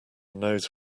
knows